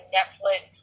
Netflix